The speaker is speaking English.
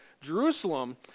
Jerusalem